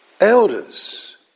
elders